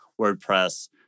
WordPress